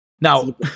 now